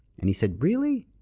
and he said, really?